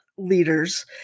leaders